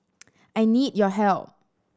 I need your help